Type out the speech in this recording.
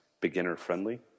beginner-friendly